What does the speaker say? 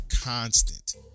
constant